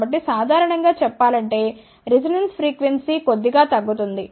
కాబట్టి సాధారణం గా చెప్పాలంటే రిజొనెన్స్ ఫ్రీక్వెన్సీ కొద్దిగా తగ్గుతుంది